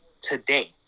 today